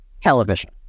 television